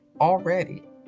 already